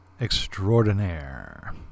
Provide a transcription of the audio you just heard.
extraordinaire